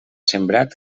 sembrat